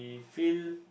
we feel